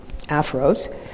afros